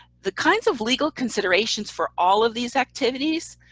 the kinds of legal considerations for all of these activities